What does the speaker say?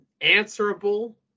answerable